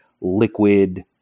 liquid